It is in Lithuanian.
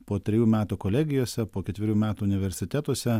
po trejų metų kolegijose po ketverių metų universitetuose